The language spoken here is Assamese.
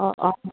অঁ অঁ